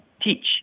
teach